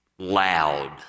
loud